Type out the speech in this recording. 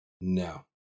No